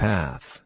Path